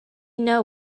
know